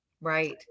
Right